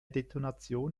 detonation